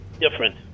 different